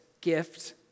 gift